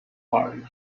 party